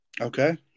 Okay